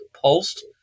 Pulsed